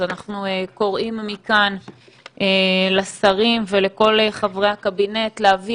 אז אנחנו קוראים מכאן לשרים ולכל חברי הקבינט להביא